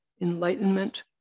enlightenment